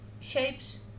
shapes